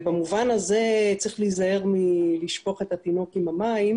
במובן הזה צריך להיזהר מלשפוך את התינוק עם המים.